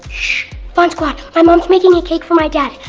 fun squad, my mom's making a cake for my dad.